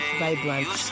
vibrant